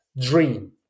dream